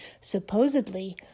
Supposedly